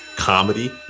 comedy